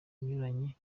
inyuranye